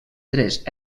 tres